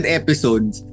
episodes